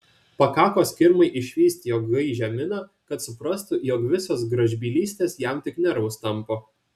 pakako skirmai išvysti jo gaižią miną kad suprastų jog visos gražbylystės jam tik nervus tampo